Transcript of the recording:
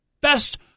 best